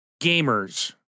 gamers